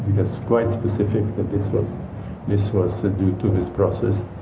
it's quite specific that this was this was due to this process,